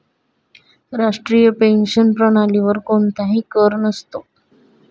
राष्ट्रीय पेन्शन प्रणालीवर कोणताही कर नसतो